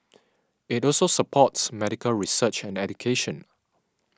it also supports medical research and education